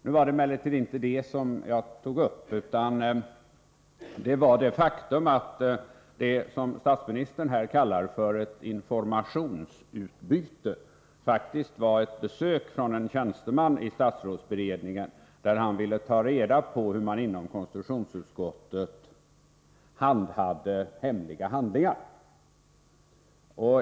Nu var det emellertid inte den saken jag tog upp utan det faktum att det som statsministern här kallat för ett informationsutbyte faktiskt var ett besök av en tjänsteman i statsrådsberedningen, som ville ta reda på hur man inom konstitutionsutskottet handhade hemliga handlingar.